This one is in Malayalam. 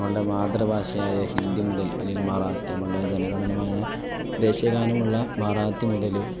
നമ്മളുടെ മാതൃഭാഷയായ ഹിന്ദി മുതൽ അല്ലെങ്കിൽ മറാത്തി നമ്മുടെ ജനഗണമന ദേശീയ ഗാനമുള്ള മറാത്തി മുതൽ